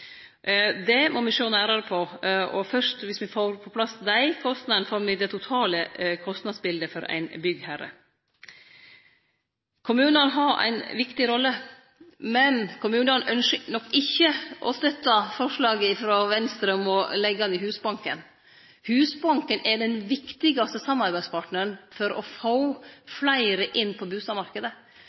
må me sjå nærare på. Fyrst når me får på plass desse kostnadene, får me det totale kostnadsbilete for ein byggherre. Kommunane har ei viktig rolle, men dei ynskjer nok ikkje å støtte forslaget frå Venstre om å leggje ned Husbanken. Husbanken er den viktigaste samarbeidspartnaren for å få fleire inn på